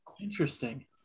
Interesting